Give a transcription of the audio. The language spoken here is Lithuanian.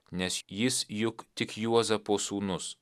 nes jis juk tik juozapo sūnus